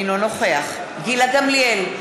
אינו נוכח גילה גמליאל,